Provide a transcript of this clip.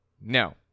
No